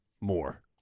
more